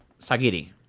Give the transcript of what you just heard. sagiri